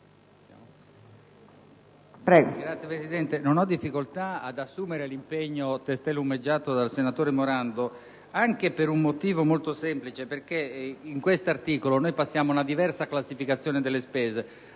Signora Presidente, non ho difficoltà ad assumere l'impegno testé lumeggiato dal senatore Morando, anche per un motivo molto semplice, perché in questo articolo noi passiamo ad una diversa classificazione delle spese,